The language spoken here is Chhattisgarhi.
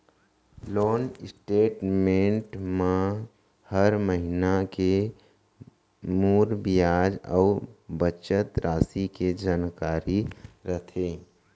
लोन स्टेट मेंट म हर महिना के मूर बियाज अउ बचत रासि के जानकारी रथे